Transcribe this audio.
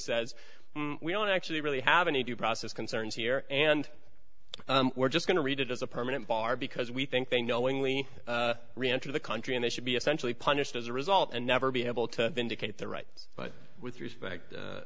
says we don't actually really have any due process concerns here and we're just going to read it as a permanent bar because we think they knowingly reenter the country and they should be essentially punished as a result and never be able to indicate their rights but with respect